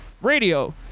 radio